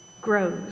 grows